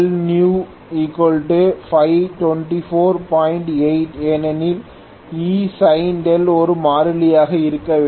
8 ஏனெனில் Esin ஒரு மாறிலியாக இருக்க வேண்டும்